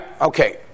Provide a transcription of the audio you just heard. okay